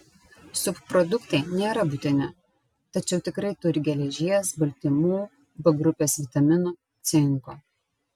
subproduktai nėra būtini tačiau tikrai turi geležies baltymų b grupės vitaminų cinko